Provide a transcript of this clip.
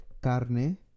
carne